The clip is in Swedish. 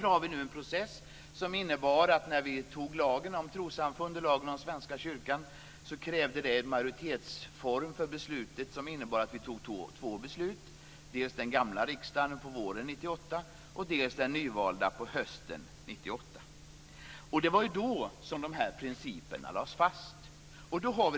Vi har nu haft en process som innebär att det när vi antog lagen om trossamfund och lagen om Svenska kyrkan krävdes två beslut, dels av den gamla riksdagen på våren 1998, dels av den nyvalda på hösten 1998. Det var då som de här principerna lades fast.